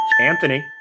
anthony